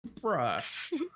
Bruh